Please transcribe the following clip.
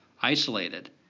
isolated